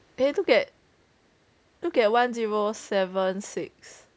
eh look at look at one zero seven six